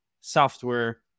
software